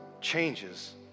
changes